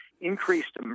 increased